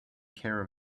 care